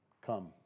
come